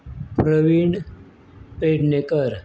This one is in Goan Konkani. प्रवीण पेडणेकर